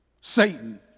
Satan